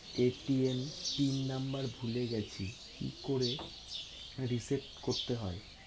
ATM pin number ভুলে গেছি কি করে রিসেট করতে হয়?